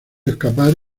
escapar